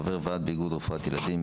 חבר ועד באיגוד רפואת הילדים,